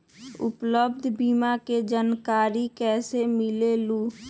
उपलब्ध बीमा के जानकारी कैसे मिलेलु?